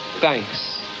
thanks